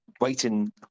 waiting